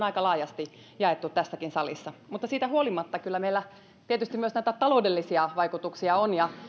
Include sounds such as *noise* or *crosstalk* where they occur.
*unintelligible* aika laajasti jaettu näkemys tässäkin salissa siitä huolimatta kyllä meillä tietysti myös näitä taloudellisia vaikutuksia on ja